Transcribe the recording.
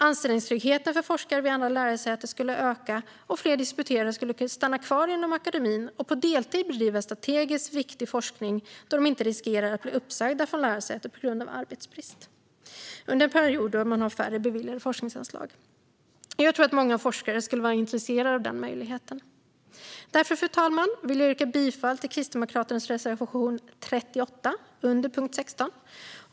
Anställningstryggheten för forskare vid våra lärosäten skulle öka, och fler disputerade skulle kunna stanna kvar inom akademin och på deltid bedriva strategiskt viktig forskning då de inte riskerar att bli uppsagda från lärosätet på grund av arbetsbrist under en period med färre beviljade forskningsanslag. Jag tror att många forskare skulle vara intresserade av den möjligheten. Fru talman! Jag vill yrka bifall till Kristdemokraternas reservation 38 under punkt 16.